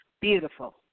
Beautiful